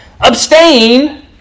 abstain